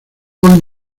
hoy